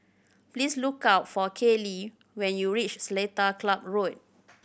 please look up for Kayli when you reach Seletar Club Road